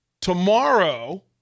tomorrow